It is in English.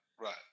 Right